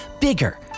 Bigger